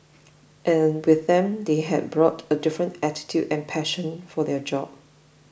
and with them they have brought a different attitude and passion for their job